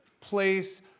place